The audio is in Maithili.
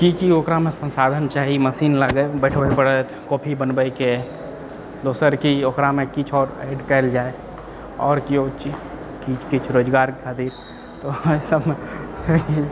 की की ओकरामे संसाधन चाही मशीन बैठबे पड़त कॉफी बनबै के दोसर कि ओकरामे किछु आओर ऐड कएल जाय और कि किछु किछ रोजगार खातिर तऽ ओहि सबमे